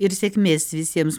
ir sėkmės visiems